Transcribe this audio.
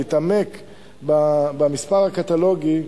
להתעמק במספר הקטלוגי,